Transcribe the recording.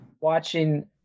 watching